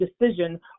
decision